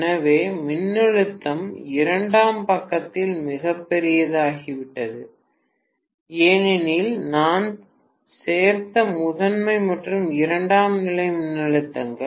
எனவே மின்னழுத்தம் இரண்டாம் பக்கத்தில் மிகப் பெரியதாகிவிட்டது ஏனெனில் நான் சேர்த்த முதன்மை மற்றும் இரண்டாம் நிலை மின்னழுத்தங்கள்